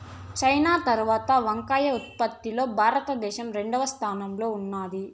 China తరవాత వంకాయ ఉత్పత్తి లో భారత దేశం రెండవ స్థానం లో ఉన్నాది